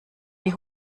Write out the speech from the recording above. die